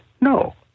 no